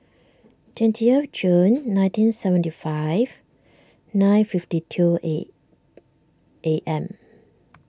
twentieth June nineteen seventy five nine fifty two A A M